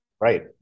Right